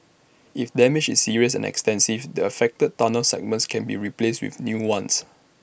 if damage is serious and extensive the affected tunnel segments can be replaced with new ones